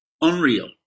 unreal